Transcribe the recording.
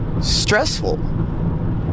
stressful